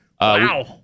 Wow